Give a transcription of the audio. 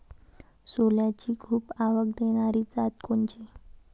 सोल्याची खूप आवक देनारी जात कोनची?